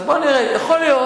אז בוא נראה, יכול להיות